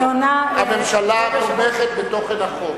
הממשלה תומכת בתוכן החוק